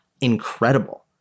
incredible